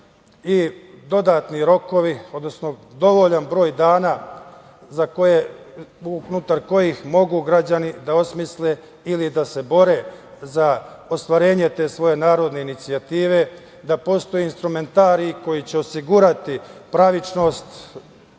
i dodatni rokovi, odnosno dovoljan broj dana unutar kojih mogu građani da osmisle da se bore za ostvarenje te svoje narodne inicijative, da postoje instrumenti koji će osigurati pravičnost